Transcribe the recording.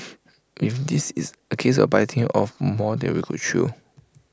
even this is A case of biting off more than we could chew